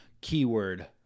keyword